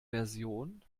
version